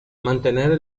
mantenere